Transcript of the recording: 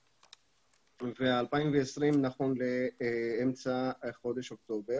עד 2020, נכון לאמצע חודש אוקטובר.